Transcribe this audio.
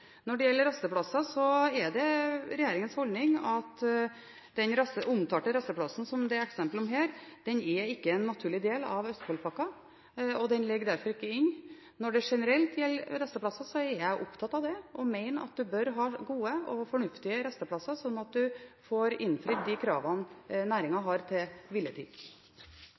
Når det gjelder rasteplasser, er regjeringens holdning at den omtalte rasteplassen som eksemplene her viser, er ikke en naturlig del av Østfoldpakka, og den ligger derfor ikke inne. Når det generelt gjelder rasteplasser, er jeg opptatt av det, og jeg mener at en bør ha gode og fornuftige rasteplasser, slik at en får innfridd de kravene næringen har til